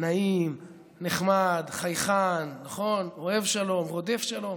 נעים, נחמד, חייכן, אוהב שלום, רודף שלום.